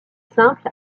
simple